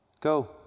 go